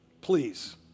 Please